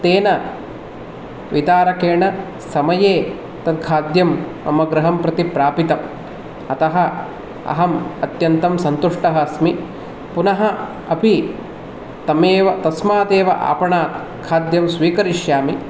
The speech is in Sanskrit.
तेन वितारकेण समये तत् खाद्यं मम गृहं प्रति प्रापितम् अतः अहम् अत्यन्तं सन्तुष्टः अस्मि पुनः अपि तमेव तस्मादेव आपणात् खाद्यं स्वीकरिष्यामि